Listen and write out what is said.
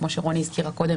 כמו שרוני הזכירה קודם,